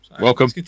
welcome